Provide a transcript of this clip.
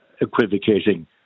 equivocating